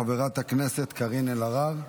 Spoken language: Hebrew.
חברת הכנסת קארין אלהרר,